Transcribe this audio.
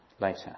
later